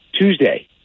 Tuesday